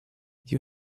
you